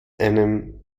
einem